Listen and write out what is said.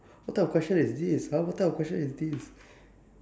what type of question is this !huh! what type of question is this